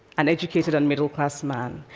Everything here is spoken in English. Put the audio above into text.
an educated and middle-class man.